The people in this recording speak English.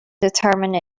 determine